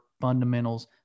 fundamentals